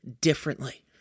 differently